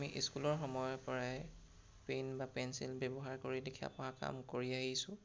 আমি স্কুলৰ সময়ৰ পৰাই পেইন বা পেঞ্চিল ব্যৱহাৰ কৰি লিখা পঢ়া কাম কৰি আহিছোঁ